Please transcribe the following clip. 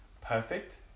perfect